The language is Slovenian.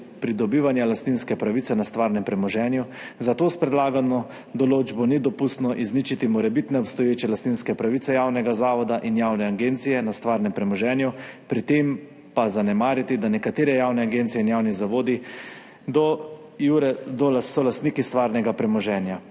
pridobivanja lastninske pravice na stvarnem premoženju, zato s predlagano določbo ni dopustno izničiti morebitne obstoječe lastninske pravice javnega zavoda in javne agencije na stvarnem premoženju, pri tem pa zanemariti, da so nekatere javne agencije in javni zavodi lastniki stvarnega premoženja.